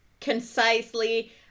concisely